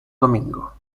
domingo